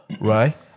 right